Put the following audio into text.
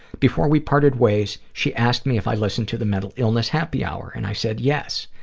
before we parted ways, she asked me if i listened to the mental illness happy hour, and i said yes.